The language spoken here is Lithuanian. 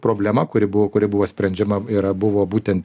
problema kuri buvo kuri buvo sprendžiama yra buvo būtent